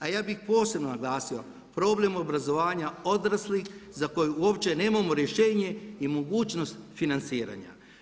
A ja bih posebno naglasio, problem obrazovanja odraslih za koji uopće nemamo rješenje i mogućnost financiranja.